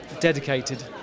dedicated